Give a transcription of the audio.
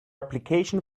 application